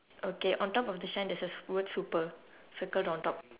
okay on top of the shine there's a word super circled on top